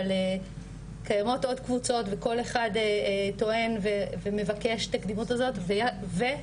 אבל קיימות עוד קבוצות וכל אחד טוען ומבקש את הקדימות הזאת ולהוסיף